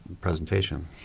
presentation